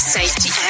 Safety